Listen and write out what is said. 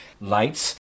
lights